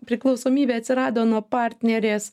priklausomybė atsirado nuo partnerės